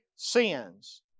sins